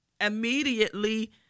immediately